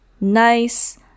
nice